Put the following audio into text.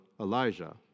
Elijah